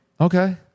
Okay